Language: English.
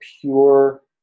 pure